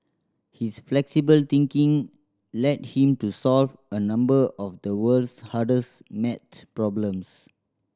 his flexible thinking led him to solve a number of the world's hardest maths problems